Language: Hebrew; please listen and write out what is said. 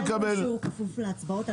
קיבלנו אישור כפוף להצבעות,